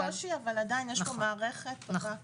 יש קושי אבל יש פה מערכת טובה.